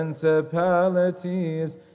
Principalities